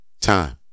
time